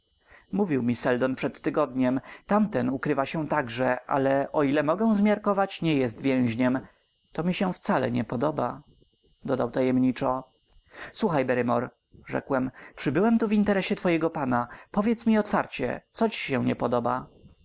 mówił mi seldon przed tygodniem tamten ukrywa się także ale o ile mogę zmiarkować nie jest więźniem to mi się wcale nie podoba dodał tajemniczo słuchaj barrymore rzekłem przybyłem tu w interesie twojego pana powiedz mi otwarcie co ci się nie podoba